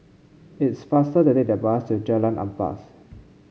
it's faster to take the bus to Jalan Ampas